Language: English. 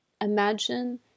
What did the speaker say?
Imagine